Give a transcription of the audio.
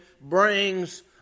brings